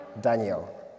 Daniel